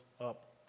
up